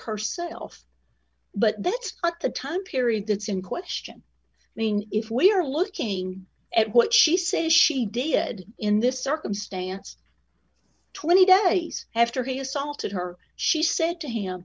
herself but that's not the time period that's in question i mean if we are looking at what she says she did in this circumstance twenty days after he assaulted her she said to him